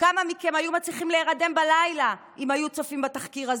כמה מכם היו מצליחים להירדם בלילה אם היו צופים בתחקיר הזה,